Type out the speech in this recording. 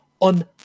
on